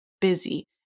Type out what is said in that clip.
busy